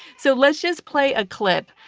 so let's just play a clip.